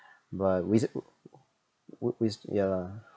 but we we sti~ ya lah